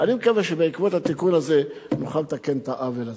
אני מקווה שבעקבות התיקון הזה נוכל לתקן את העוול הזה.